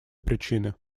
причины